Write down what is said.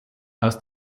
aus